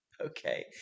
Okay